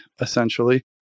essentially